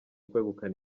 kwegukana